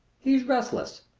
he's restless.